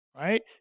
right